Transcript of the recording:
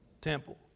Temple